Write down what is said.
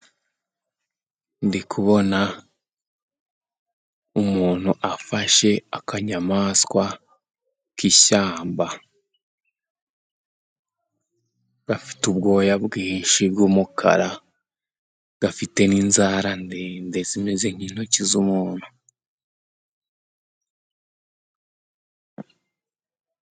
Ndi kubona umuntu afashe akanyamaswa k'ishyamba gafite ubwoya bwinshi bw'umukara . Gafite n 'inzara ndende zimeze nk' intoki z'umuntu.